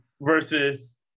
Versus